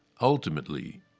Ultimately